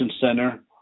center